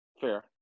Fair